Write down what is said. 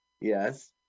Yes